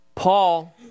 Paul